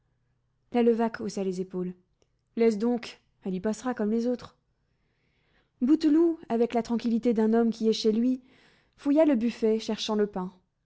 la levaque haussa les épaules laisse donc elle y passera comme les autres bouteloup avec la tranquillité d'un homme qui est chez lui fouilla le buffet cherchant le pain